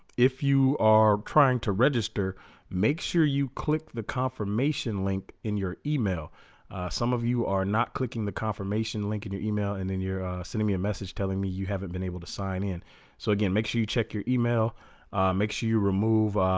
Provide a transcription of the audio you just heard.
if you are trying to register make sure you click the confirmation link in your email some of you are not clicking the confirmation link in your email and then you're sending me a message telling me you haven't been able to sign in so again make sure you check your email make sure you remove